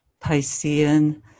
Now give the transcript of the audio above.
Piscean